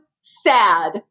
sad